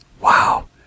Wow